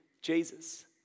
Jesus